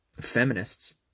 feminists